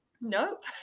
Nope